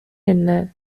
என்ன